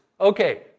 Okay